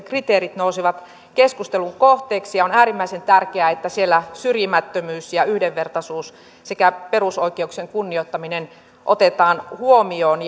kriteerit nousevat keskustelun kohteeksi ja on äärimmäisen tärkeää että siellä syrjimättömyys ja yhdenvertaisuus sekä perusoikeuksien kunnioittaminen otetaan huomioon